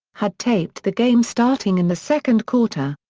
had taped the game starting in the second quarter.